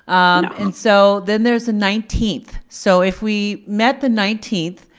and so then there's a nineteenth. so if we met the nineteenth,